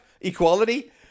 equality